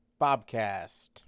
Bobcast